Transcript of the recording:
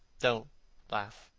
don't laugh.